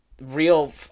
real